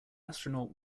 astronaut